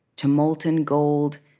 to molten gold,